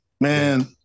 Man